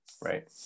right